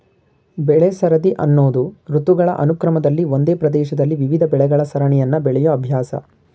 ಬೆಳೆಸರದಿ ಅನ್ನೋದು ಋತುಗಳ ಅನುಕ್ರಮದಲ್ಲಿ ಒಂದೇ ಪ್ರದೇಶದಲ್ಲಿ ವಿವಿಧ ಬೆಳೆಗಳ ಸರಣಿಯನ್ನು ಬೆಳೆಯೋ ಅಭ್ಯಾಸ